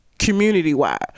community-wide